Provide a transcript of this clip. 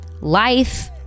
life